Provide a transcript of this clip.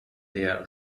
der